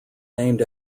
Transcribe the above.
named